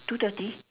two thirty